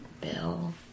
Bill